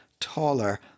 taller